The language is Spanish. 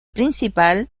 principal